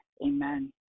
Amen